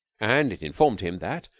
and it informed him that,